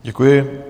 Děkuji.